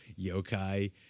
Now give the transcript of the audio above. Yokai